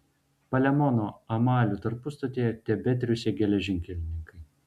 palemono amalių tarpustotėje tebetriūsė geležinkelininkai